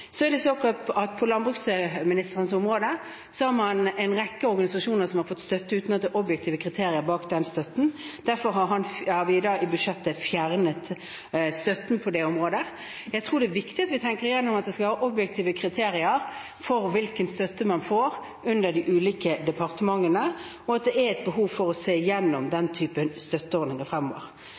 På landbruksministerens område er det en rekke organisasjoner som har fått støtte uten at det er objektive kriterier bak støtten. Derfor har vi i budsjettet fjernet støtten på det området. Jeg tror det er viktig at vi tenker gjennom at det skal være objektive kriterier for hvilken støtte man får under de ulike departementene, og at det er et behov for å se gjennom den typen støtteordninger fremover.